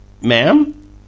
Ma'am